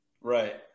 Right